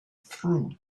through